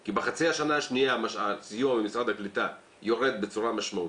כי בחצי השנה השני הסיוע ממשרד הקליטה יורד בצורה משמעותית,